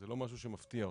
זה לא משהו שמפתיע אותנו.